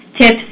tips